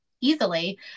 easily